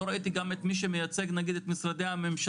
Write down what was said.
לא ראיתי גם את מי שמייצג את משרדי הממשלה,